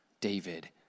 David